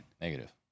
Negative